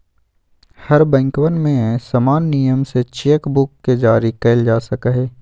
हर बैंकवन में समान नियम से चेक बुक के जारी कइल जा सका हई